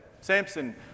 Samson